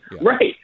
Right